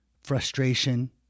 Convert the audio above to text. frustration